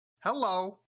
hello